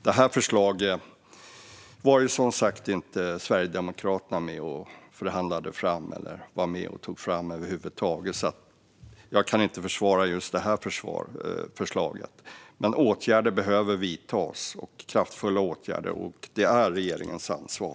Detta förslag var som sagt Sverigedemokraterna inte med och förhandlade eller tog fram över huvud taget, så jag kan inte försvara just det. Men kraftfulla åtgärder behöver vidtas, och det är regeringens ansvar.